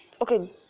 Okay